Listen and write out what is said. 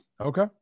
okay